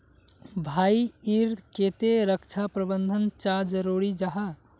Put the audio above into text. भाई ईर केते रक्षा प्रबंधन चाँ जरूरी जाहा?